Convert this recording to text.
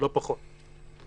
לא פחות.